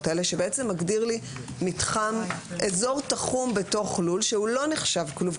האלה שבעצם מגדיר לי אזור תחום בתוך לול שהוא לא נחשב כלוב.